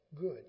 Good